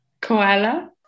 Koala